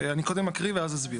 אני קודם אקריא ואז אסביר.